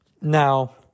Now